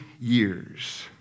years